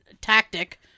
tactic